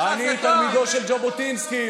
אני תלמידו של ז'בוטינסקי,